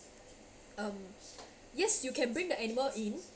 um yes you can bring the animal in